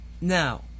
now